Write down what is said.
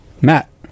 Matt